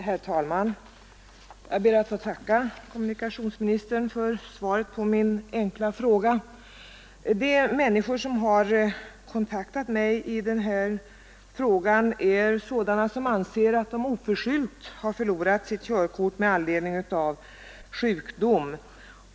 Herr talman! Jag ber att få tacka kommunikationsministern för svaret på min enkla fråga. De människor som har kontaktat mig i den här frågan är sådana som menar att de oförskyllt har förlorat sitt körkort med anledning av sjukdom.